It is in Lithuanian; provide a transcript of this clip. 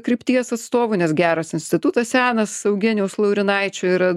krypties atstovų nes geras institutas senas eugenijaus laurinaičio yra